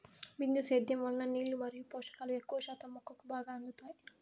బిందు సేద్యం వలన నీళ్ళు మరియు పోషకాలు ఎక్కువ శాతం మొక్కకు బాగా అందుతాయి